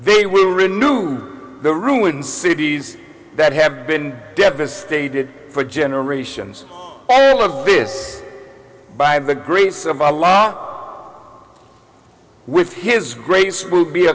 they will renew the ruined cities that have been devastated for generations all of this by the grace of the law with his grace will be